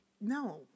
no